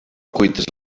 cuites